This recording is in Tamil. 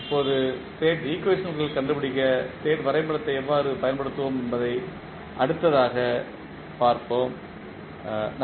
இப்போது ஸ்டேட் ஈக்குவேஷன்களைக் கண்டுபிடிக்க ஸ்டேட் வரைபடத்தை எவ்வாறு பயன்படுத்துவோம் என்பதை அடுத்ததாக பார்ப்போம் நன்றி